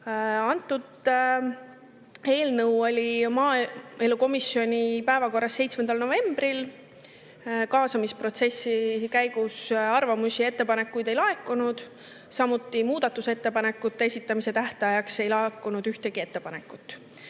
protokoll. Eelnõu oli maaelukomisjoni päevakorras 7. novembril. Kaasamisprotsessi käigus arvamusi ega ettepanekuid ei laekunud, samuti muudatusettepanekute esitamise tähtajaks ei laekunud ühtegi